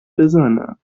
بزنماینا